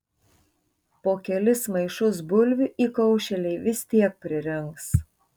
po kelis maišus bulvių įkaušėliai vis tiek pririnks